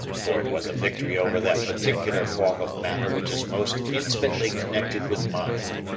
for it was a victory over that particular form of matter which is most intimately connected with mind.